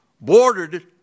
bordered